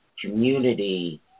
community